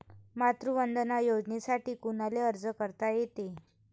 मातृवंदना योजनेसाठी कोनाले अर्ज करता येते?